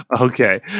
okay